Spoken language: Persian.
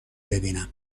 ببینم